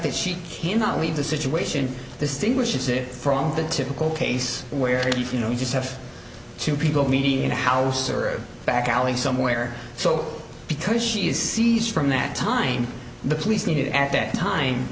that she cannot leave the situation distinguishes it from the typical case where you know you just have two people meeting in a house or a back alley somewhere so because she is sees from that time the police needed at that time